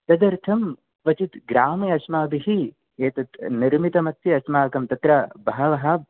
तदर्थं क्वचित् ग्रामे अस्माभिः एतत् निर्मितम् अस्य अस्माकं तत्र बहवः